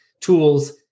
tools